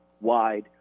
wide